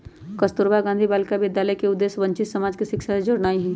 कस्तूरबा गांधी बालिका विद्यालय के उद्देश्य वंचित समाज के शिक्षा से जोड़नाइ हइ